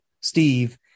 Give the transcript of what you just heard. Steve